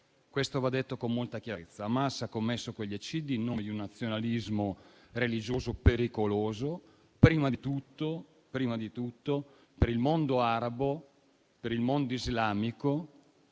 Questo va detto con molta chiarezza. Hamas ha commesso quegli eccidi in nome di un nazionalismo religioso, pericoloso prima di tutto prima per il mondo arabo e per il mondo islamico,